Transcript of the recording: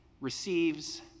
receives